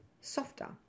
softer